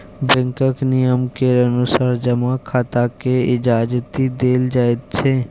बैंकक नियम केर अनुसार जमा खाताकेँ इजाजति देल जाइत छै